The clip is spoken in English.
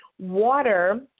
Water